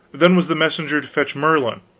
then was the messenger to fetch merlin,